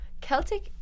Celtic